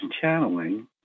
channeling